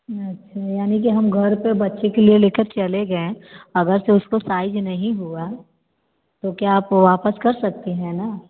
अच्छा यानी कि हम घर पर बच्चे के लिए लेकर चले गए अगर से उसको साइज नहीं हुआ तो क्या आप वापस कर सकती हैं ना